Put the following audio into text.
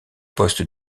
poste